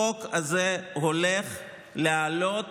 החוק הזה הולך להעלות